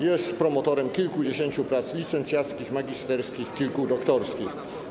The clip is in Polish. Jest promotorem kilkudziesięciu prac licencjackich, magisterskich, kilku doktorskich.